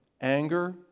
Anger